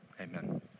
Amen